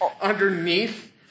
underneath